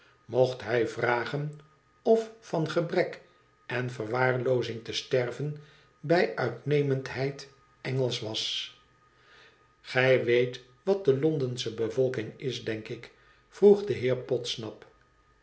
mocht hij vragen of van gebrek en verwaarloozing te sterven bij uitnemendheid engelsch wasr gij weet watdelondensche bevolking is denk ik vroeg de heer podsnap